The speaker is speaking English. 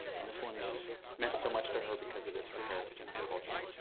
and this one meant so much to her because it is her heritage and her culture.